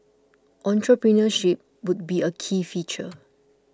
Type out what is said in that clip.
entrepreneurship would be a key feature